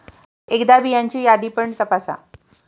एकदा बियांची यादी पण तपासा